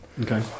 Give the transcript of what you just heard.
Okay